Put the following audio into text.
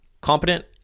competent